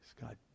God